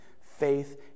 faith